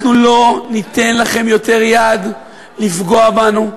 אנחנו לא ניתן לכם יותר יד לפגוע בנו,